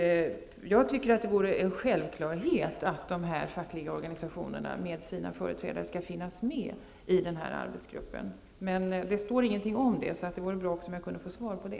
Jag tycker att det vore en självklarhet att dessa fackliga organisationer med sina företrädare skall finnas med i arbetsgruppen. Det står ingenting om det. Det vore bra om jag kunde få svar också på det.